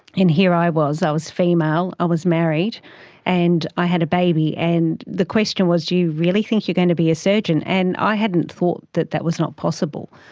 and here i was, i was female, i was married and i had a baby. and the question was, do you really think you're going to be a surgeon? and i hadn't thought that that was not possible.